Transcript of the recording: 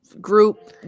group